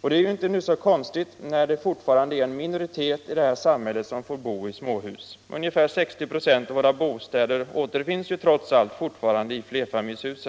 Och det är ju inte så konstigt, när det fortfarande är en minoritet i det här samhället som får bo i småhus. Ungefär 60 96 av våra bostäder återfinns trots allt fortfarande i flerfamiljshus.